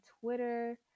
Twitter